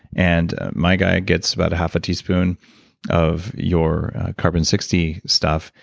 and my guy gets about a half a teaspoon of your carbon sixty stuff.